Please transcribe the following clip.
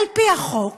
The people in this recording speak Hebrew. על-פי החוק,